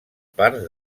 parts